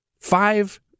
Five